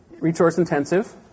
resource-intensive